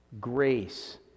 Grace